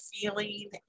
feeling